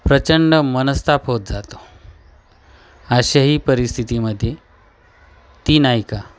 प्रचंड मनस्ताप होत जातो अशाही परिस्थितीमध्ये ती नायिका